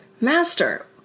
master